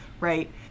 right